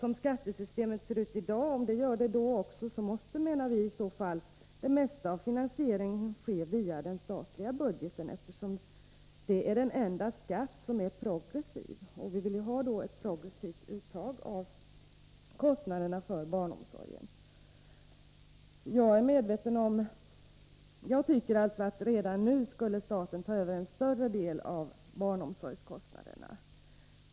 Om skattesystemet då ser ut som det gör i dag, måste i så fall det mesta av finansieringen ske via den statliga budgeten, eftersom statsskatten är den enda skatt som är progressiv, och vi vill ju ha ett progressivt uttag av kostnaderna för barnomsorgen. Jag tycker alltså att staten redan nu skulle ta över en större del av barnomsorgskostnaderna.